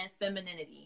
femininity